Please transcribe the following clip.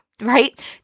right